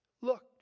Look